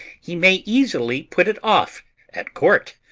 he may easily put it off at court.